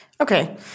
Okay